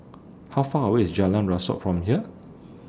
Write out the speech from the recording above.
How Far away IS Jalan Rasok from here